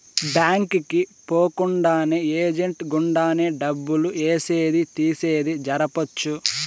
bank కి పోకుండానే agent గుండానే డబ్బులు ఏసేది తీసేది జరపొచ్చు